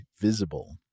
Visible